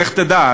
לך תדע.